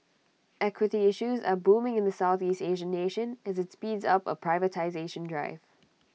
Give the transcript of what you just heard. equity issues are booming in the Southeast Asian nation as IT speeds up A privatisation drive